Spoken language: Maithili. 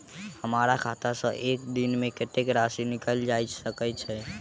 हमरा खाता सऽ एक दिन मे कतेक राशि निकाइल सकै छी